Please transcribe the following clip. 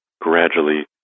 gradually